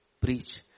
preach